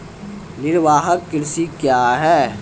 निवाहक कृषि क्या हैं?